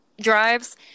drives